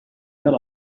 dalt